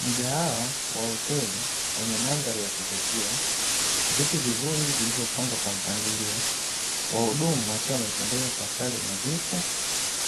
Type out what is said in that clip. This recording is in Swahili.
Mgahawa wa hoteli wenye mandhari ya kuvutia, viti vizuri vilivyopangwa kwa mpangilio, wahudumu wakiwa wamependeza kwa sare nadhifu,